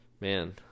man